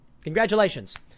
Congratulations